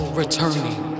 returning